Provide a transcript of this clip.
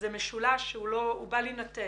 זה משולש שהוא בל יינתק.